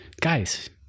guys